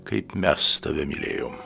kaip mes tave mylėjom